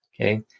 Okay